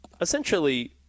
essentially